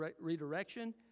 redirection